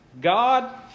God